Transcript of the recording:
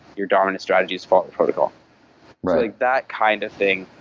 your dominant strategy's default protocol like that kind of thing,